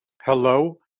Hello